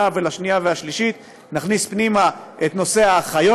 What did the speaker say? ולשנייה והשלישית ונכניס פנימה את נושא האחיות,